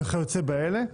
וכיוצא באלה.